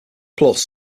plus